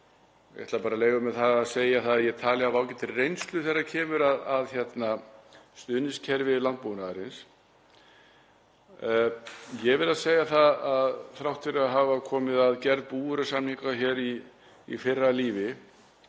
Ég ætla bara að leyfa mér að segja að ég tala af ágætri reynslu þegar kemur að stuðningskerfi landbúnaðarins. Ég verð að segja það að þrátt fyrir að hafa komið að gerð búvörusamninga í fyrra lífi